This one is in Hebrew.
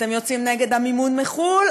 אתם יוצאים נגד המימון מחו"ל,